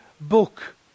Book